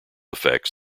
effects